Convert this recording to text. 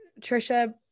Trisha